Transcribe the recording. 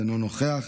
אינו נוכח,